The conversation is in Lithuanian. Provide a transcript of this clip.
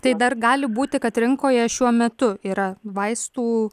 tai dar gali būti kad rinkoje šiuo metu yra vaistų